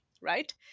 right